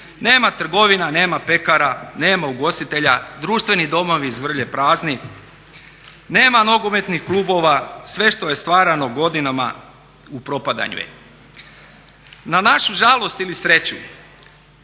Nema trgovina, nema pekara, nema ugostitelja, društveni domovi zvrlje prazni. Nema nogometnih klubova, sve što je stvarano godinama u propadanju je. Na našu žalost ili sreću